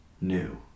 new